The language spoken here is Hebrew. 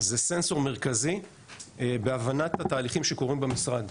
זה סנסור מרכזי בהבנת התהליכים שקורים במשרד.